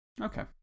Okay